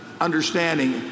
understanding